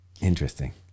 Interesting